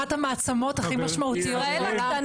אחת המעצמות הכי משמעותיות בעולם,